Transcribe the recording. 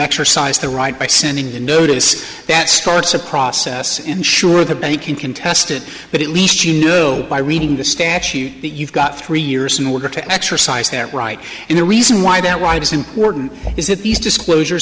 exercised the right by sending the notice that starts the process ensure the bank can contest it but at least you know by reading the statute that you've got three years and we're going to exercise that right and the reason why that why it is important is that these disclosure